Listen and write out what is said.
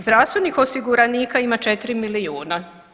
Zdravstvenih osiguranika ima 4 milijuna.